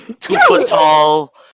two-foot-tall